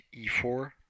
e4